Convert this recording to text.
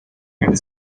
and